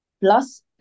plus